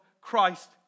Christ